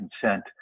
consent